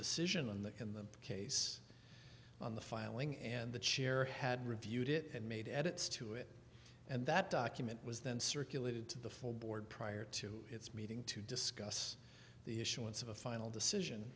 decision on that in the case on the filing and the chair had reviewed it and made edits to it and that document was then circulated to the full board prior to its meeting to discuss the issuance of a final decision